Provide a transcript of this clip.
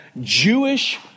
Jewish